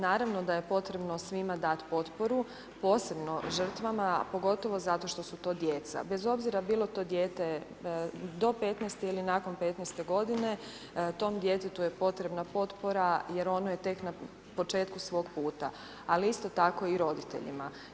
Naravno da je potrebno svima dati potporu, posebno žrtvama, pogotovo zato što su to djeca, bez obzira bilo to dijete do 15 ili nakon 15 godine, tom djetetu je potrebna potpora jer ono je tek na početku svog puta, ali isto tako i roditeljima.